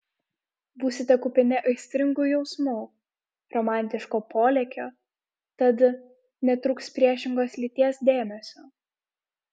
būsite kupini aistringų jausmų romantiško polėkio tad netrūks priešingos lyties dėmesio